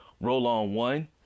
Roll-on-one